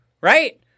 Right